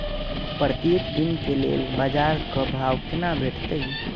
प्रत्येक दिन के लेल बाजार क भाव केना भेटैत?